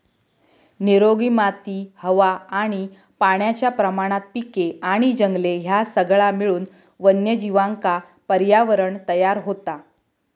निरोगी माती हवा आणि पाण्याच्या प्रमाणात पिके आणि जंगले ह्या सगळा मिळून वन्यजीवांका पर्यावरणं तयार होता